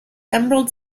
emerald